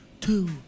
two